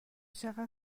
چقدر